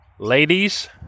Ladies